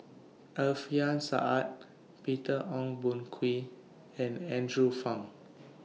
Alfian Sa'at Peter Ong Boon Kwee and Andrew Phang